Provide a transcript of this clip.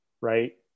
right